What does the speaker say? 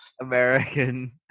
American